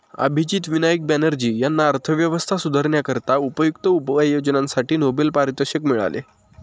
अभिजित विनायक बॅनर्जी यांना अर्थव्यवस्था सुधारण्याकरिता उपयुक्त उपाययोजनांसाठी नोबेल पारितोषिक मिळाले